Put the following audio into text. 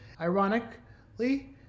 Ironically